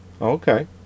Okay